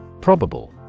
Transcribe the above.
Probable